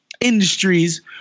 industries